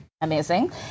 Amazing